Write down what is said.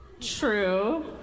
True